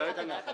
תשאל את ענת.